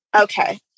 Okay